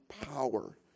power